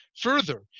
Further